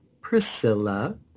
Priscilla